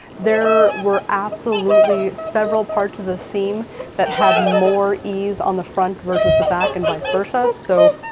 there were absolutely several parts of the seam that had more ease on the front versus the back, and vice versa. so,